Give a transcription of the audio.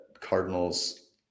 Cardinals